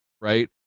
right